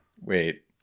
Wait